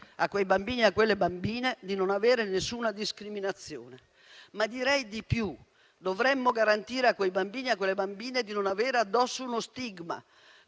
a quei bambini e a quelle bambine di non subire nessuna discriminazione, ma direi di più: dovremmo garantire a quei bambini e a quelle bambine di non avere addosso uno stigma,